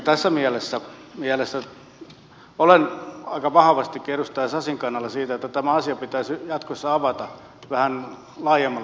tässä mielessä olen aika vahvastikin edustaja sasin kannalla siinä että tämä asia pitäisi jatkossa avata vähän laajemmallekin keskustelulle